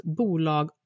bolag